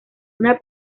una